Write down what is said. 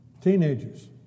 Teenagers